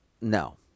No